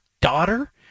daughter